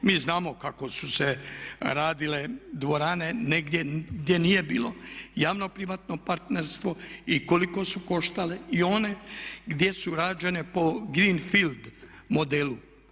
Mi znamo kako su se radile dvorane negdje gdje nije bilo javno privatno partnerstvo i koliko su koštale i one gdje su rađene po green field modelu.